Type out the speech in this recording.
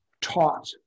taught